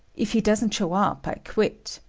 if he doesn't show up, i quit.